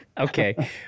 okay